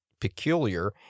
peculiar